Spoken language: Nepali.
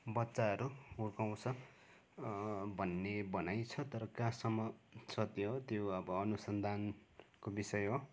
बच्चाहरू हुर्काउँछ भन्ने भनाइ छ तर कहाँसम्म सत्य हो त्यो अब अनुसन्धानको विषय हो